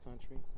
country